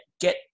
Get